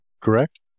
Correct